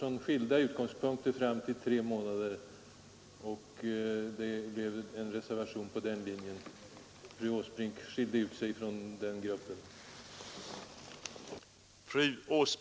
Från skilda utgångspunkter kom vi rätt många i utskottet fram till Nr 105 3 månader men fru Åsbrink har skiljt sig ut från den gruppen genom att Onsdagen den avge en egen reservation om 6 månader.